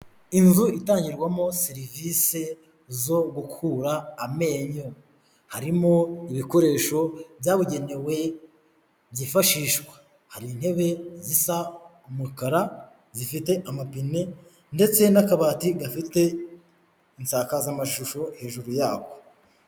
Inzu itangirwamo serivisi zo gukura amenyo, harimo ibikoresho byabugenewe byifashishwa, hari intebe zisa umukara, zifite amapine ndetse n'akabati gafite insazamashusho hejuru yako.